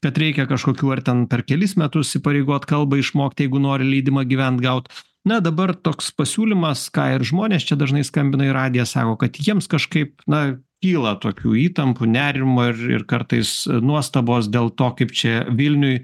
kad reikia kažkokių ar ten per kelis metus įpareigot kalbą išmokt jeigu nori leidimą gyvent gaut na dabar toks pasiūlymas ką ir žmonės čia dažnai skambina į radiją sako kad jiems kažkaip na kyla tokių įtampų nerimo ir ir kartais nuostabos dėl to kaip čia vilniuj